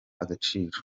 agaciro